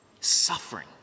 suffering